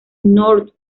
north